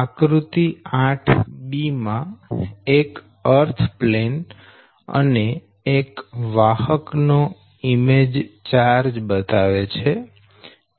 આકૃતિ 8 માં એક અર્થ પ્લેન અને એક વાહક નો ઈમેજ ચાર્જ બતાવે છે